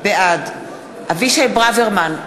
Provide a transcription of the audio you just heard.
בעד אבישי ברוורמן,